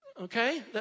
Okay